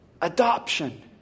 adoption